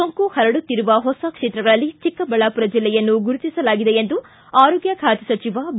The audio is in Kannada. ಸೋಂಕು ಪರಡುತ್ತಿರುವ ಹೊಸ ಕ್ಷೇತ್ರಗಳಲ್ಲಿ ಚಿಕ್ಕಬಳ್ಳಾಪುರ ಜಿಲ್ಲೆಯನ್ನು ಗುರುತಿಸಲಾಗಿದೆ ಎಂದು ಆರೋಗ್ಯ ಖಾತೆ ಸಚಿವ ಬಿ